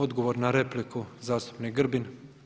Odgovor na repliku zastupnik Grbin.